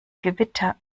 gewitter